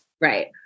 right